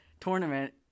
tournament